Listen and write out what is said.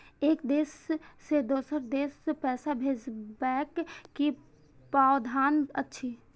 एक देश से दोसर देश पैसा भैजबाक कि प्रावधान अछि??